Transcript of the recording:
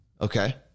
Okay